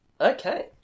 Okay